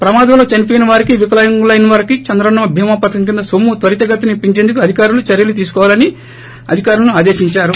ప్రమాదంలో చనిహోయిన వారికి వికలాంగులైన వారికే చంద్రన్న భీమా పధకం కింద నొమ్ము త్వరితగతిన ఇప్పించేందుకు అధికారులు చర్కలు తీసుకోవాలని విజయనగరం అధికారులను ఆదేశించారు